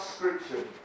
Scripture